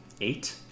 Eight